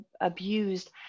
abused